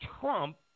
Trump